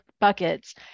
buckets